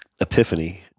epiphany